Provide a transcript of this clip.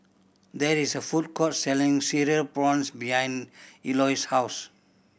there is a food court selling Cereal Prawns behind Eloy's house